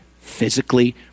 physically